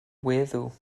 weddw